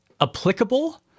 applicable